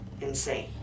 Insane